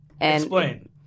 Explain